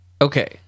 Okay